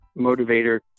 motivator